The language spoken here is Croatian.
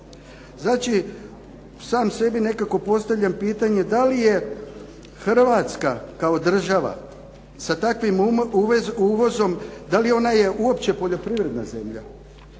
Znači, sam sebi nekako postavljam pitanje da li je Hrvatska kao država sa takvim uvozom da li je ona je uopće poljoprivredna zemlja.